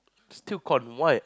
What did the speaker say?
still con what